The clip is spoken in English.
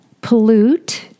pollute